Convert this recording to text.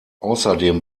außerdem